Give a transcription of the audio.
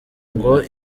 ngo